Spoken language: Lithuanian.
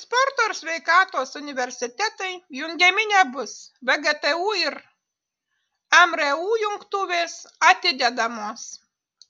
sporto ir sveikatos universitetai jungiami nebus vgtu ir mru jungtuvės atidedamos